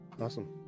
Awesome